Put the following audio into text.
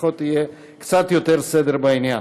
לפחות יהיה קצת יותר סדר בעניין.